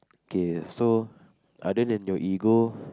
okay so other than your ego